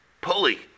pulley